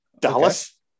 Dallas